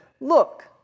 look